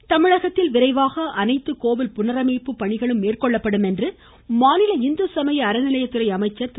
ராமச்சந்திரன் தமிழகத்தில் விரைவாக அனைத்து கோவில் புனரமைப்பு பணிகளும் மேற்கொள்ளப்படும் என்று மாநில இந்துசமய அறநிலையத்துறை அமைச்சர் திரு